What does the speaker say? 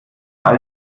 als